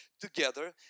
together